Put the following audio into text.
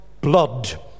blood